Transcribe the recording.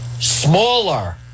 smaller